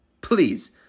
please